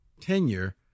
tenure